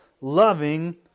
loving